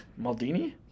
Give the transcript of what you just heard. Maldini